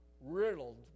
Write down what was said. riddled